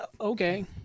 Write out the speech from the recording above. Okay